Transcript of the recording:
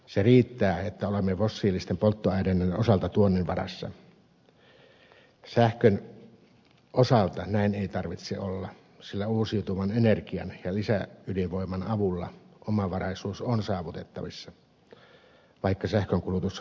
se riittää että olemme fossiilisten polttoaineiden osalta tuonnin varassa sähkön osalta näin ei tarvitse olla sillä uusiutuvan energian ja lisäydinvoiman avulla omavaraisuus on saavutettavissa vaikka sähkönkulutus kasvaisi minkä verran